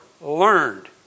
learned